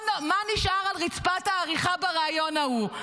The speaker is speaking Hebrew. מה נשאר על רצפת העריכה בריאיון ההוא,